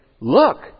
look